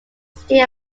state